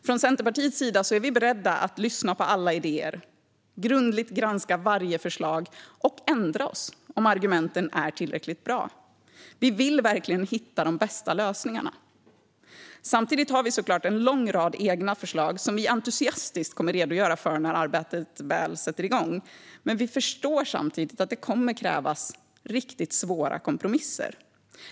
Från Centerpartiets sida är vi beredda att lyssna på alla idéer, grundligt granska varje förslag och ändra oss om argumenten är tillräckligt bra. Vi vill verkligen hitta de bästa lösningarna. Samtidigt har vi såklart en lång rad egna förslag som vi entusiastiskt kommer att redogöra för när arbetet väl sätter igång. Vi förstår samtidigt att det kommer att krävas riktigt svåra kompromisser.